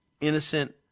innocent